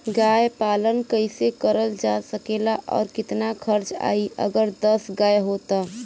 गाय पालन कइसे करल जा सकेला और कितना खर्च आई अगर दस गाय हो त?